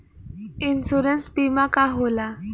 Insurance बीमा का होला?